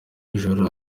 nijoro